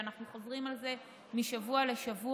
ואנחנו חוזרים על זה משבוע לשבוע.